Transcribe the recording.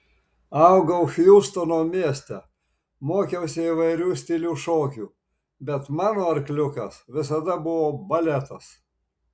augau hjustono mieste mokiausi įvairių stilių šokių bet mano arkliukas visada buvo baletas